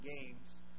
games